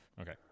Okay